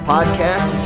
Podcast